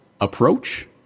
approach